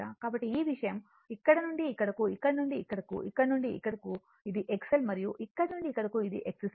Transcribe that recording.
కాబట్టి ఈ విషయం ఇక్కడ నుండి ఇక్కడకు ఇక్కడ నుండి ఇక్కడకు ఇక్కడ నుండి ఇక్కడకు ఇది XL మరియు ఇక్కడ నుండి ఇక్కడకు ఇది XC